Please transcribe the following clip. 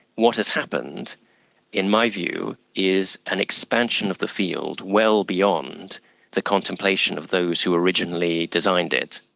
what has happened in my view is an expansion of the field well beyond the contemplation of those who originally designed it.